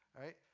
right